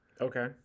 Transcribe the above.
Okay